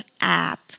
app